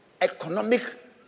economic